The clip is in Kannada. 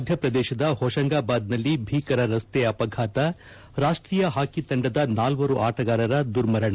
ಮಧ್ವಪ್ರದೇಶದ ಹೋಶಂಗಾಬಾದ್ನಲ್ಲಿ ಭೀಕರ ರಸ್ತೆ ಅಪಘಾತ ರಾಷ್ಷೀಯ ಹಾಕಿ ತಂಡದ ನಾಲ್ವರು ಆಟಗಾರರ ದುರ್ಮರಣ